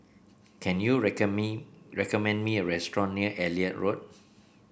can you me recommend me a restaurant near Elliot Road